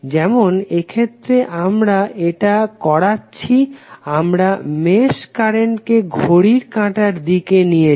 যেমন এক্ষেত্রে আমরা এটা করাছি আমরা মেশ কারেন্টকে ঘড়ির কাঁটার দিকে নিয়েছি